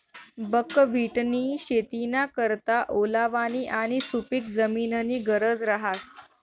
बकव्हिटनी शेतीना करता ओलावानी आणि सुपिक जमीननी गरज रहास